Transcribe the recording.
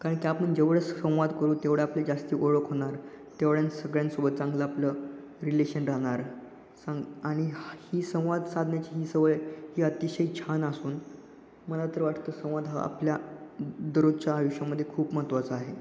कारण त्या आपण जेवढं संवाद करू तेवढं आपले जास्त ओळख होणार तेवढ्या सगळ्यांसोबत चांगलं आपलं रिलेशन राहणार सांग आणि हा ही संवाद साधण्याची ही सवय ही अतिशय छान असून मला तर वाटतं संवाद हा आपल्या दररोजच्या आयुष्यामध्ये खूप महत्वाचा आहे